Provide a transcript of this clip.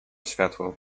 światło